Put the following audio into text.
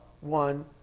one